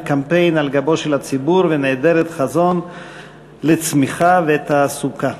קמפיין על גבו של הציבור ונעדרת חזון של צמיחה ותעסוקה.